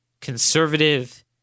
conservative